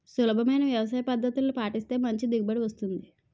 సులభమైన వ్యవసాయపద్దతుల్ని పాటిస్తేనే మంచి దిగుబడి వస్తుంది